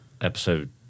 episode